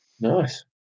Nice